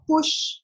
push